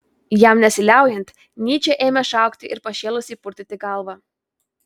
jam nesiliaujant nyčė ėmė šaukti ir pašėlusiai purtyti galvą